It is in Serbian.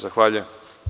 Zahvaljujem.